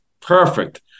perfect